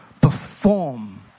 perform